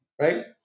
right